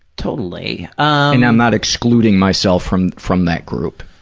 totally. and i'm not excluding myself from from that group.